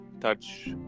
touch